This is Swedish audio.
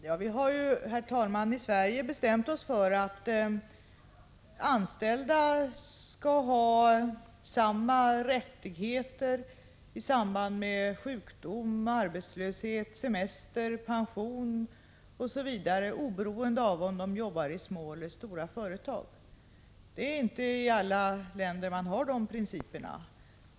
Herr talman! Vi har ju i Sverige bestämt oss för att anställda skall ha samma rättigheter i samband med sjukdom, arbetslöshet, semester, pension osv. oberende av om de jobbar i små eller stora företag. Den principen har maninte i alla länder.